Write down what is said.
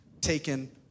taken